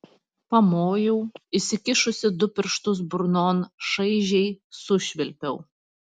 pamojau įsikišusi du pirštus burnon šaižiai sušvilpiau